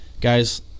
Guys